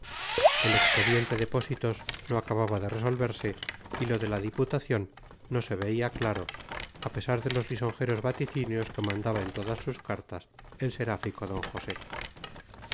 el expediente de pósitos no acababa de resolverse y lo de la diputación no se veía claro a pesar de los lisonjeros vaticinios que mandaba en todas sus cartas el seráfico d josé